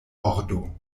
ordo